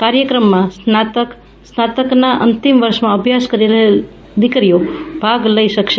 કાર્યક્રમમાં સ્નાતક અને કૉલેજના અંતિમ વર્ષમાં અભ્યાસ કરી રહેલી દીકરીઓ પણ ભાગ લઇ શકશે